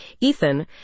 Ethan